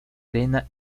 arena